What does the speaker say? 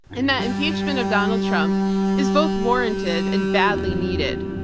and that impeachment of donald trump is both warranted and badly needed.